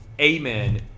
Amen